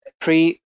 pre